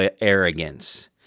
arrogance